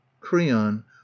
Creon